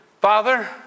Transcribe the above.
Father